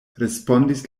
respondis